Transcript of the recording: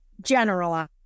generalize